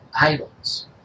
idols